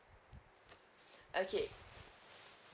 okay